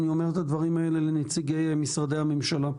אני אומר את הדברים האלה לנציגי משרדי הממשלה.